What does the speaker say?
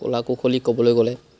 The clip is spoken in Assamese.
কলা কৌশলী ক'বলৈ গ'লে